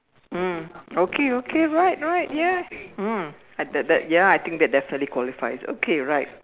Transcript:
mm okay okay right right ya mm that that ya I think that definitely qualifies okay right